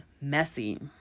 messy